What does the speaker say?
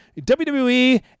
WWE